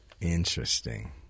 Interesting